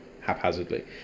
Haphazardly